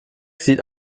sieht